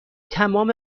تمام